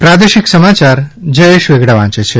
પ્રાદેશિક સમાચાર જયેશ વેગડા વાંચે છે